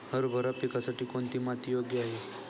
हरभरा पिकासाठी कोणती माती योग्य आहे?